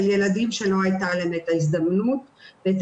ילדים שלא הייתה להם את ההזדמנות ואת